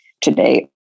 today